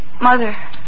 Mother